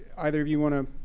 either of you want to?